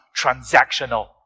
transactional